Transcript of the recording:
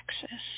Texas